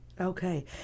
Okay